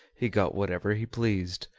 he got whatever he pleased,